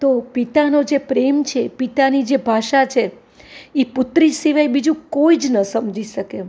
તો પિતાનો જે પ્રેમ છે એ પિતાની જે ભાષા છે એ પૂત્રી સિવાય બીજું કોઈ જ ન સમજી શકે